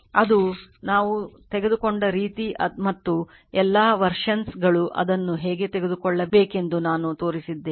ಅದು ನಾವು ತೆಗೆದುಕೊಂಡ ರೀತಿ ಮತ್ತು ಎಲ್ಲಾ versions ಗಳು ಅದನ್ನು ಹೇಗೆ ತೆಗೆದುಕೊಳ್ಳಬೇಕೆಂದು ನಾನು ತೋರಿಸಿದ್ದೇನೆ